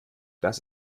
dass